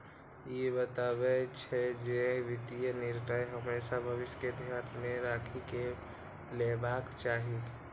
ई बतबै छै, जे वित्तीय निर्णय हमेशा भविष्य कें ध्यान मे राखि कें लेबाक चाही